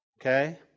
Okay